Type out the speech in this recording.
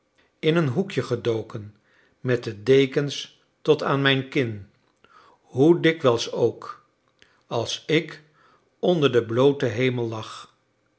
in een hoekje gedoken met de dekens tot aan mijn kin hoe dikwijls ook als ik onder den blooten hemel lag